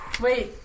Wait